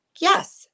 yes